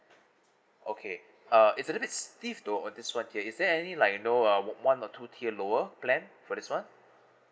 okay uh it's a little bit steep though on this one okay is there any like you know uh one or two tier lower plan for this [one]